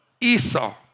Esau